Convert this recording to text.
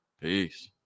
Peace